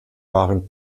waren